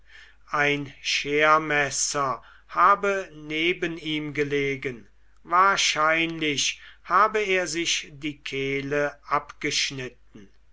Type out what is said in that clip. ein schermesser habe neben ihm gelegen wahrscheinlich habe er sich die kehle abgeschnitten